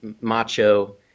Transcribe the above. macho